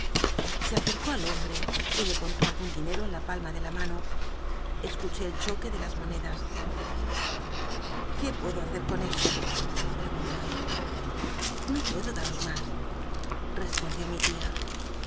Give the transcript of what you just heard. se acercó al hombre y le contó algún dinero en la palma de la mano escuché el chocjuc de las monedas qué puedo hacer con eso preguntó él o puedo daros mas respondió mi tia